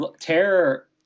terror